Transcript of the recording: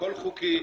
הכול חוקי,